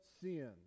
sin